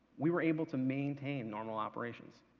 we were able to maintain normal operations.